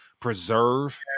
preserve